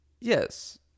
Yes